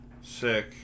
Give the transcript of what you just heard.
Sick